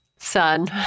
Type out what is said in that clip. Son